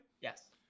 Yes